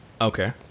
Okay